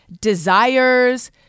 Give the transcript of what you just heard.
desires